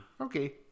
Okay